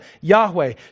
Yahweh